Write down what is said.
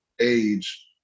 age